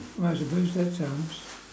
well I suppose that sounds